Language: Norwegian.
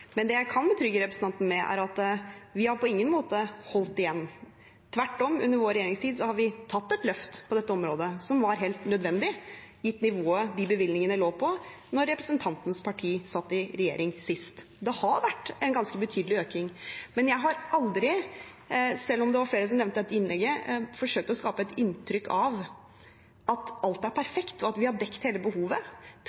Det jeg kan betrygge representanten med, er at vi på ingen måte har holdt igjen. Tvert om har vi under vår regjeringstid tatt et løft på dette området som var helt nødvendig gitt nivået bevilgningene lå på da representantens parti satt i regjering sist. Det har vært en ganske betydelig økning, men jeg har aldri – selv om det var flere som nevnte dette i innlegget sitt – forsøkt å skape et inntrykk av at alt er